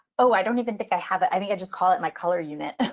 oh, i don't even think i have it. i think i just call it my color unit.